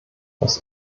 das